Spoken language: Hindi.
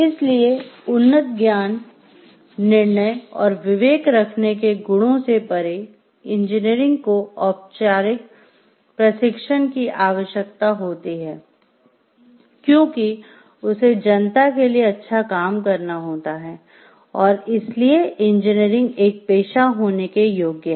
इसलिए उन्नत ज्ञान निर्णय और विवेक रखने के गुणों से परे इंजीनियरिंग को औपचारिक प्रशिक्षण की आवश्यकता होती है क्योंकि उसे जनता के लिए अच्छा काम करना होता है और इसलिए इंजीनियरिंग एक पेशा होने के योग्य है